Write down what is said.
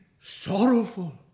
sorrowful